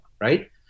right